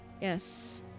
Yes